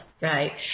right